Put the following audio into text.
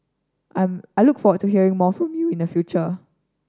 I'm I look forward to hearing more from you in the future